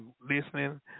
listening